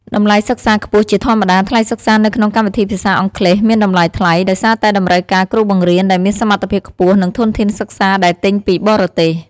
តម្លៃសិក្សាខ្ពស់ ជាធម្មតា ថ្លៃសិក្សានៅក្នុងកម្មវិធីភាសាអង់គ្លេសមានតម្លៃថ្លៃ ដោយសារតែតម្រូវការគ្រូបង្រៀនដែលមានសមត្ថភាពខ្ពស់ និងធនធានសិក្សាដែលទិញពីបរទេស។